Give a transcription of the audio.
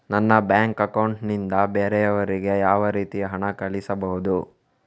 ನನ್ನ bank account ನಿಂದ ಬೇರೆಯವರಿಗೆ ಯಾವ ರೀತಿ ಹಣ ಕಳಿಸಬಹುದು?